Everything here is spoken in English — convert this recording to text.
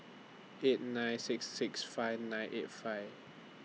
eight nine six six five nine eight five